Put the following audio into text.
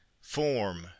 form